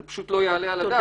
זה פשוט לא יעלה על הדעת.